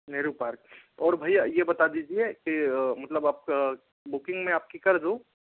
Nehru park और भैया ये बता दीजिए के मतलब आपका बुकिंग मैं आपकी कर दूँ